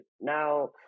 Now